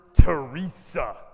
Teresa